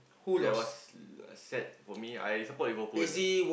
that was uh sad for me I support Liverpool